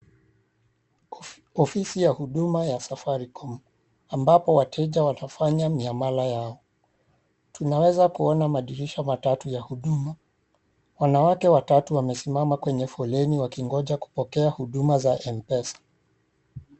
Ofisi ya huduma ya Safaricom ambapo wateja watafanya mnyamala wao, Tunaweza kuona madirisha matatu ya huduma. Wanawake watatu wamesimama kwenye foleni wakingoja kupokea huduma za Mpesa